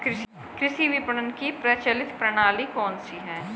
कृषि विपणन की प्रचलित प्रणाली कौन सी है?